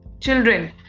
children